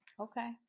Okay